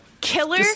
Killer